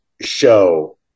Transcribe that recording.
show